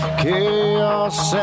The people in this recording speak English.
chaos